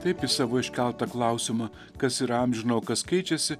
taip į savo iškeltą klausimą kas yra amžino o kas keičiasi